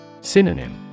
Synonym